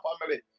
family